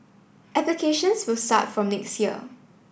applications will start from next year